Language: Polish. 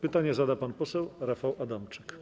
Pytanie zada pan poseł Rafał Adamczyk.